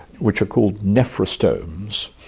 which are called nephrostomes,